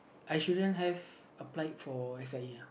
I shouldn't have applied for Sia